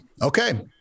Okay